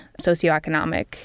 socioeconomic